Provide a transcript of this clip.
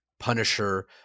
punisher